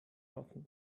rotten